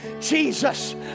Jesus